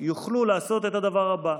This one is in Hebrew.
יוכלו לעשות את הדבר הבא: